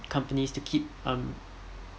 companies to keep um